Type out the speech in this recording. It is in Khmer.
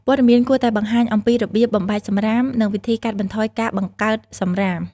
ព័ត៌មានគួរតែបង្ហាញអំពីរបៀបបំបែកសំរាម និងវិធីកាត់បន្ថយការបង្កើតសំរាម។